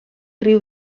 riu